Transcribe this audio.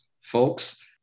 folks